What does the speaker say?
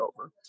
over